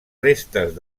restes